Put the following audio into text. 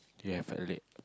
you have a leg